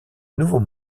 nouveau